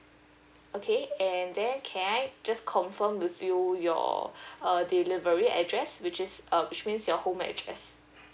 okay and then can I just confirm with you your uh delivery address which is um which means your home address